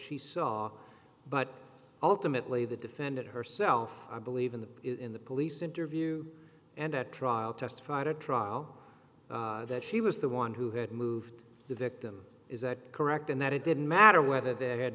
she saw but ultimately the defendant herself i believe in the in the police interview and at trial testified at trial that she was the one who had moved the victim is that correct and that it didn't matter whether there had